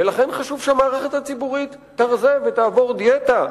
ולכן חשוב שהמערכת הציבורית תרזה ותעבור דיאטה,